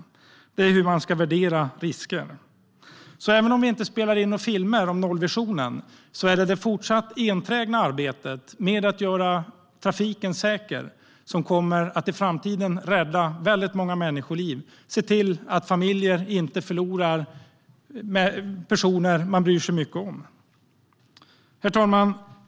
Det handlar om hur man ska värdera risker. Herr talman!